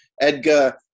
Edgar